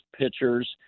pitchers